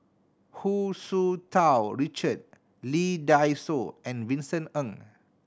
Hu Tsu Tau Richard Lee Dai Soh and Vincent Ng